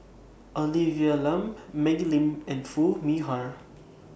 Olivia Lum Maggie Lim and Foo Mee Har